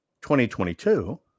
2022